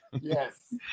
Yes